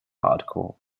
hardcore